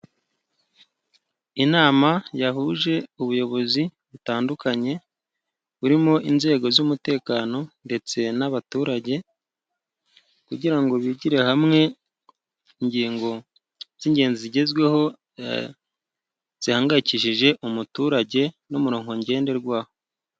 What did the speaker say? Inama yahuje ubuyobozi butandukanye burimo inzego z'umutekano ndetse n'abaturage, kugira ngo bigire hamwe ingingo z'ingenzi zigezweho zihangayikishije umuturage, n'umurongo ngenderwaho.